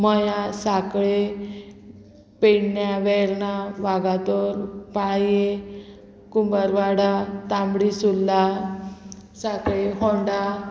Mayem Sankhali Pernem Verna Vagator Palye Kumbharwada Tambdi Surla Sankhali Honda